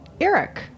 Eric